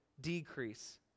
decrease